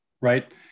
right